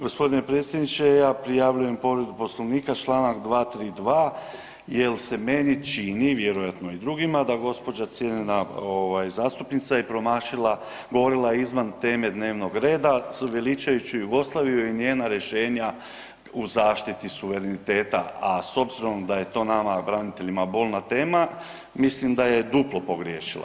G. predsjedniče, ja prijavljujem povredu Poslovnika, čl. 232. jer se meni čini, vjerojatno i drugima, da gđa. cijenjena zastupnica je promašila, govorila je izvan teme dnevnog reda veličajući Jugoslaviju i njena rješenja u zaštiti suvereniteta, a s obzirom da je to nama braniteljima bolna tema, mislim da je duplo pogriješila.